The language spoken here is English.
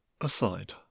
Aside